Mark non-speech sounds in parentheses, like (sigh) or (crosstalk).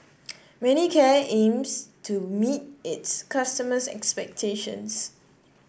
(noise) manicare aims to meet its customers' expectations